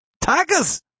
tigers